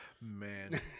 Man